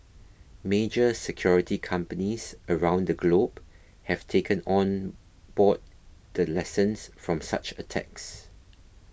major security companies around the globe have taken on board the lessons from such attacks